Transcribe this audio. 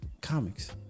comics